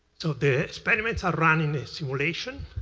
so the experiments are run in the simulation,